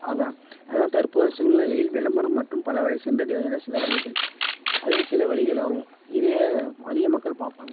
அதுதான் அதுதான் தற்போதைய சூழ்நிலையில் விளம்பரம் மற்றும் பலரை சென்றடைவதன் சில வழிகள் அதே சில வழிகளாகும் இதே அதிக மக்கள் பார்ப்பாங்க